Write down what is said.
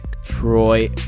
troy